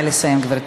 נא לסיים, גברתי.